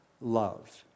love